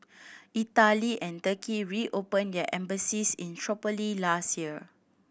Italy and Turkey reopened their embassies in Tripoli last year